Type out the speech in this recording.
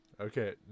Okay